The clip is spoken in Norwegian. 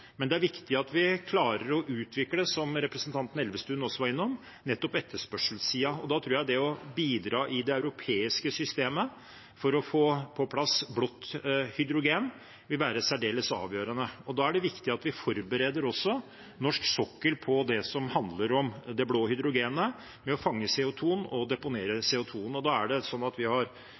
men det er viktig at vi klarer å utvikle, som representanten Elvestuen også var innom, nettopp etterspørselssiden, og da tror jeg det å bidra i det europeiske systemet for å få på plass blått hydrogen vil være særdeles avgjørende. Da er det viktig at vi forbereder også norsk sokkel på det som handler om det blå hydrogenet, med å fange CO 2 og deponere CO 2 . Og vi har da